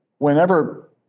Whenever